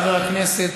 חבר הכנסת לוי, זמנך תם.